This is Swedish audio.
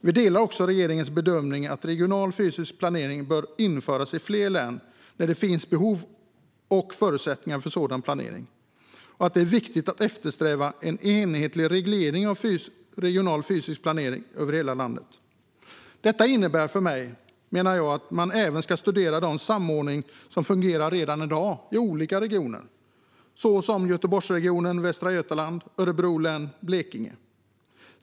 Vi delar också regeringens bedömning att regional fysisk planering bör införas i fler län när det finns behov av och förutsättningar för sådan planering och att det är viktigt att eftersträva en enhetlig reglering av regional fysisk planering i hela landet. För mig innebär detta att man även ska studera den samordning som fungerar redan i dag i regioner som Göteborg, Västra Götaland, Örebro län och Blekinge län.